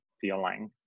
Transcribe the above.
feeling